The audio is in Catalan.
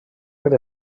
per